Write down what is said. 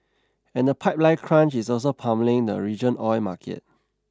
and the pipeline crunch is also pummelling the region oil market